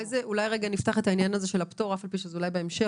אולי רגע נפתח את העניין הזה של הפטור אף על פי שאולי זה בהמשך.